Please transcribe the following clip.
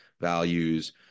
values